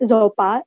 Zopa